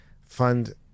fund